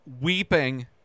weeping